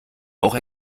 auch